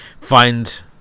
find